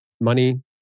money